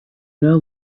know